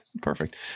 perfect